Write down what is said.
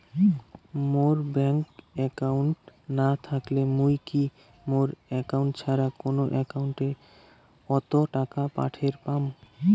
মোর bank account না থাকিলে মুই কি মোর একাউন্ট ছাড়া কারো একাউন্ট অত টাকা পাঠের পাম?